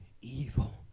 evil